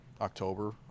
October